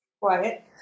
quiet